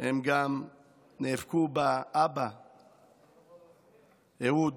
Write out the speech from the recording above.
הם גם נאבקו באבא, אהוד,